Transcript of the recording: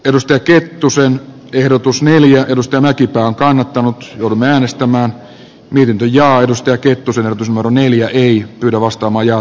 älystä kettusen ehdotus neljä edustaa mäkipää on kannattanut hurme äänestämään myynti ja aidosti ja kettusen osmo neljä ei yllä vastamajaa